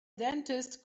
dentist